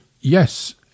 Yes